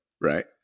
right